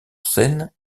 seine